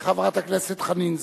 חברת הכנסת חנין זועבי,